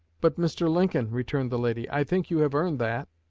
but, mr. lincoln, returned the lady, i think you have earned that.